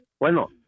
Bueno